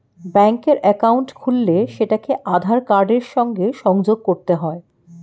ব্যাঙ্কের অ্যাকাউন্ট খুললে সেটাকে আধার কার্ডের সাথে সংযোগ করতে হয়